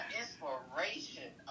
inspiration